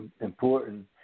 important